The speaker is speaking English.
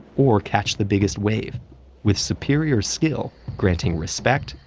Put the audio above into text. or catch the biggest wave with superior skill, granting respect,